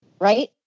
Right